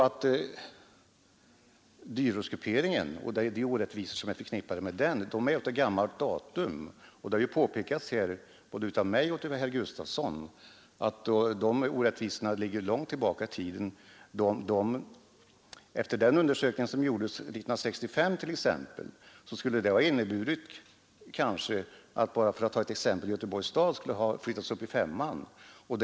Men dyrortsgrupperingen och de orättvisor som är förknippade med den är av gammalt datum. Det har här påpekats både av mig och av herr Gustavsson i Alvesta att de orättvisorna ligger långt tillbaka i tiden. Efter den undersökning som gjordes 1965 skulle t.ex. Göteborgs stad ha flyttats upp i ortsgrupp 5.